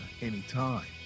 anytime